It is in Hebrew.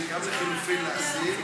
לחלופין,